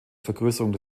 vergrößerung